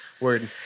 Word